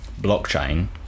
blockchain